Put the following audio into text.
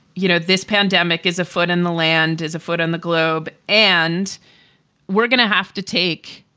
you know, this pandemic is afoot in the land, is a foot on the globe, and we're gonna have to take